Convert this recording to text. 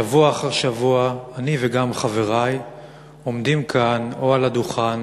שבוע אחר שבוע אני וגם חברי עומדים כאן או על הדוכן